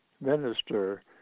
minister